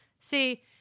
see